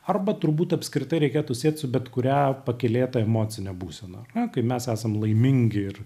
arba turbūt apskritai reikėtų siet su bet kuria pakylėta emocine būsena kai mes esam laimingi ir